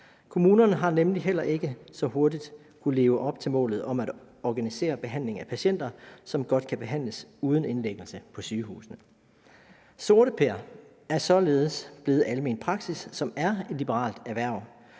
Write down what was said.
kommunerne har heller ikke kunnet leve så hurtigt op til målet om at organisere behandling af patienter, som godt kan behandles uden indlæggelse på sygehusene. Sorteper er således blevet almen praksis, som er et liberalt erhverv